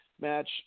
match